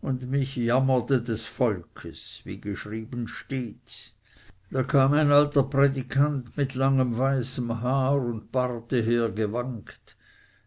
und mich jammerte des volkes wie geschrieben stehet da kam ein alter prädikant mit langem weißen haar und barte hergewankt